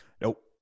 Nope